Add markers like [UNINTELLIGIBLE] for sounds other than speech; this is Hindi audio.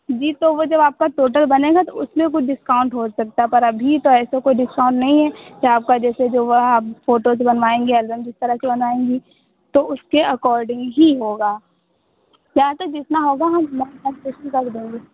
जी तो वह जब आपका टोटल बनेगा तो उसमें कुछ डिस्काउंट हो सकता है पर अभी तो ऐसा कोई डिस्काउंट नहीं है तो वह आपका जैसे जो हो रहा है आप फोटोज़ बनवाएंगे एलबम जिस तरह से बनवाएंगी तो उसके एकोर्डिंग ही होगा या तो जितना होगा हम [UNINTELLIGIBLE] देंगे